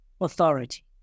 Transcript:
authority